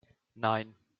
nein